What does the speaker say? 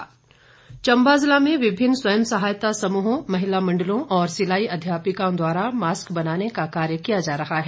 mask Chamba जिला में विभिन्न स्वंय सहायता समूहों महिला मंडलों और सिलाई अध्यापिकाओं द्वारा मास्क बनाने का कार्य किया जा रहा है